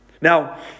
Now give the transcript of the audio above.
Now